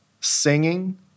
singing